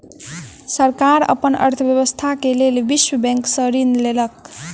सरकार अपन अर्थव्यवस्था के लेल विश्व बैंक से ऋण लेलक